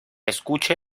escuche